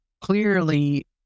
clearly